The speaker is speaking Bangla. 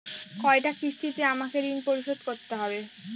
কয়টা কিস্তিতে আমাকে ঋণ পরিশোধ করতে হবে?